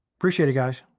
appreciate it, guys.